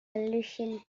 solution